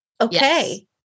okay